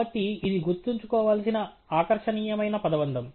కాబట్టి ఇది గుర్తుంచుకోవలసిన ఆకర్షణీయమైన పదబంధం